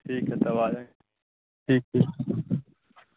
ٹھیک ہے تو آ جائیں ٹھیک ٹھیک